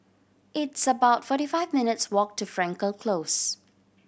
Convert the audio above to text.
it's about forty five minutes' walk to Frankel Close